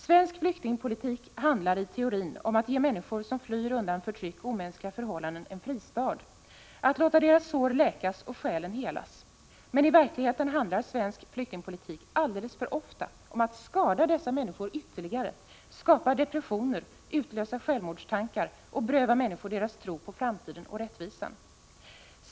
Svensk flyktingpolitik handlar i teorin om att ge människor som flyr undan förtryck och omänskliga förhållanden en fristad, att låta deras sår läkas och själen helas. Men i verkligheten handlar svensk flyktingpolitik alldeles för ofta om att skada dessa människor ytterligare, skapa depressioner, utlösa självmordstankar och beröva människor deras tro på framtiden och rättvisan.